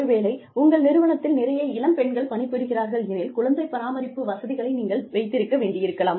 ஒருவேளை உங்கள் நிறுவனத்தில் நிறைய இளம் பெண்கள் பணிபுரிகிறார் எனில் குழந்தை பராமரிப்பு வசதிகளை நீங்கள் வைத்திருக்க வேண்டியிருக்கலாம்